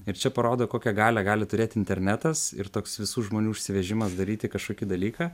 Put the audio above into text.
ir čia parodo kokią galią gali turėti internetas ir toks visų žmonių užsivežimas daryti kažkokį dalyką